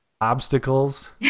obstacles